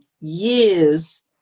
years